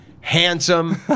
handsome